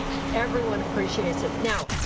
everyone appreciates it. now,